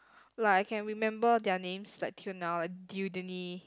like I can remember their names like till now like Dewdanie